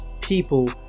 people